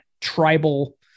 tribal